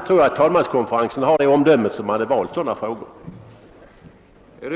Jag tror att talmanskonferensen har sådant omdöme att den skulle välja debatter av det här